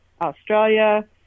Australia